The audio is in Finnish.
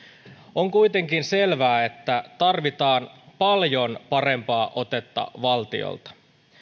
on kuitenkin selvää että tarvitaan paljon parempaa otetta valtiolta